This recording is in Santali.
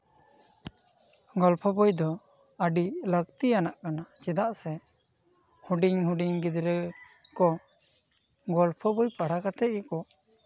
ᱜᱚᱞᱯᱷᱚ ᱵᱳᱭ ᱫᱚ ᱟᱹᱰᱤ ᱞᱟᱹᱠᱛᱤᱭᱟᱱᱟᱜ ᱠᱟᱱᱟ ᱪᱮᱫᱟᱜ ᱥᱮ ᱦᱩᱰᱤᱧ ᱦᱩᱰᱤᱧ ᱜᱤᱫᱽᱨᱟᱹ ᱠᱚ ᱜᱚᱞᱯᱷᱚ ᱵᱳᱭ ᱯᱟᱲᱦᱟᱣ ᱠᱟᱛᱮᱜ ᱜᱮᱠᱚ